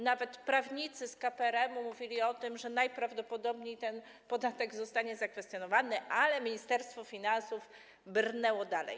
Nawet prawnicy z KPRM-u mówili, że najprawdopodobniej ten podatek zostanie zakwestionowany, ale Ministerstwo Finansów brnęło dalej.